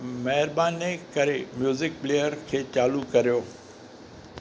महिरबानी करे music player खे चालू कर्यो